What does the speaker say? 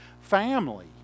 family